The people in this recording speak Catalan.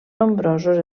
nombrosos